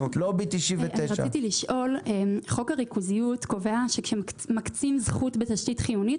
לובי 99. חוק הריכוזיות קובע שכשמקצים זכות בתשתית חיונית